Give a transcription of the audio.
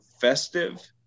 festive